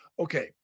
Okay